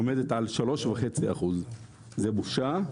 עומדת על 3.5%. זאת בושה,